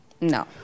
No